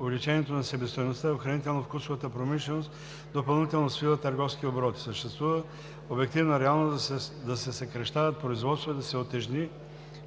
увеличението на себестойността в хранително-вкусовата промишленост допълнително свива търговските обороти. Съществува обективна реалност да се съкращават производства и да се утежни